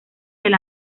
del